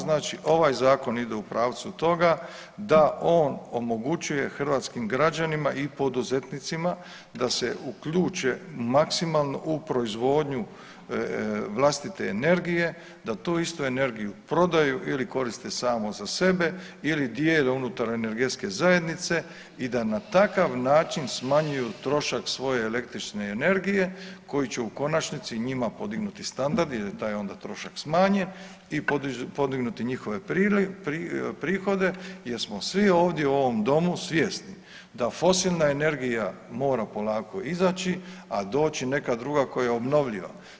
Znači ovaj zakon ide u pravcu toga da on omogućuje hrvatskim građanima i poduzetnicima da se uključe maksimalno u proizvodnju vlastite energije, da tu istu energiju prodaju ili koriste samo za sebe ili dijele unutar energetske zajednice i da na takav način smanjuju trošak svoje električne energije koji će u konačnici njima podignuti standard jer je taj onda trošak smanjen i podignuti njihove prihode jer smo svi ovdje u ovom domu svjesni da fosilna energija mora polako izaći, a doći neka druga koja je obnovljiva.